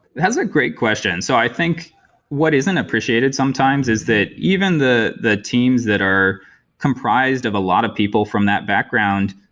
a great question. so i think what is unappreciated sometimes is that even the the teams that are comprised of a lot of people from that background,